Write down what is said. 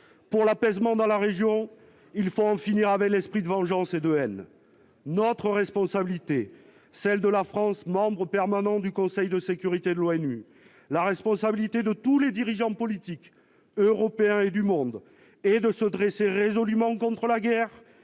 pour l'apaisement dans la région, il faut en finir avec l'esprit de vengeance et de haine, notre responsabilité, celle de la France, membre permanent du Conseil de sécurité de l'ONU, la responsabilité de tous les dirigeants politiques européens et du monde et de se dresser résolument contre la guerre